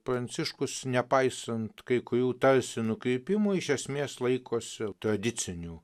pranciškus nepaisant kai kurių tarsi nukrypimų iš esmės laikosi tradicinių